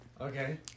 Okay